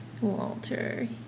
Walter